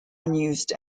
unused